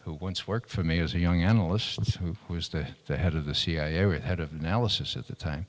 who once worked for me as a young analyst who was the head of the cia head of analysis at the time